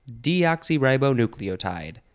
Deoxyribonucleotide